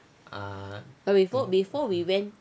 but before before we went